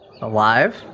Alive